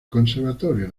conservatorio